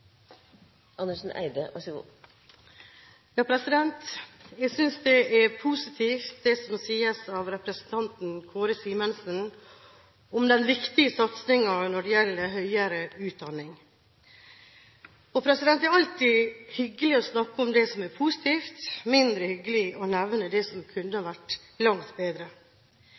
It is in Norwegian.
Kåre Simensen om den viktige satsingen når det gjelder høyere utdanning. Det er alltid hyggelig å snakke om det som er positivt, og mindre hyggelig å nevne det som kunne vært langt bedre.